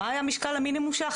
מה היה משקל המינימום שלך?